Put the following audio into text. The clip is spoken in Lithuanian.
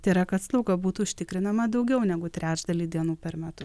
tai yra kad slauga būtų užtikrinama daugiau negu trečdalį dienų per metus